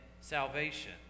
salvation